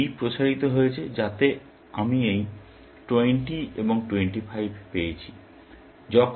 এই B প্রসারিত হয়েছে যাতে আমি এই 20 এবং 25 পেয়েছি